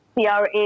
CRA